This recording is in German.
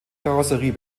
karosserie